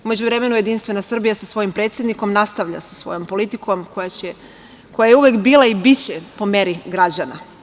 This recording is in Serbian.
U međuvremenu, Jedinstvena Srbija sa svojim predsednikom nastavlja sa svojom politikom, koja je uvek bila i biće po meri građana.